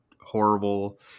horrible